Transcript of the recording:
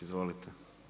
Izvolite.